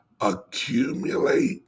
Accumulate